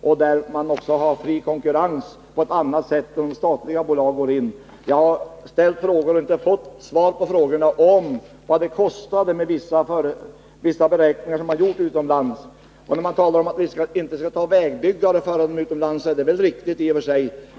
Där har man också fri konkurrens på ett annat sätt än som blir fallet om ett statligt bolag går in på en sådan här verksamhet. Jag ställde några frågor, som jag inte har fått svar på. Bl. a. frågade jag vad de utlandsprojekt kostade som man gjort beräkningar på. Här sägs också att man inte skall flytta övertaliga vägbyggare utomlands, och det är väl riktigt.